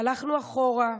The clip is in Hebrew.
והלכנו אחורה,